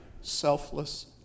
selfless